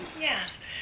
Yes